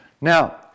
Now